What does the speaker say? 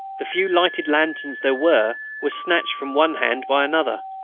the few lighted lanterns there were were snatched from one hand by another.